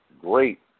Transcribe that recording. great